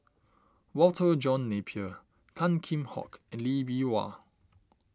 Walter John Napier Tan Kheam Hock and Lee Bee Wah